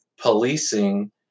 policing